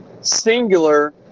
singular